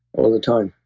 all the time.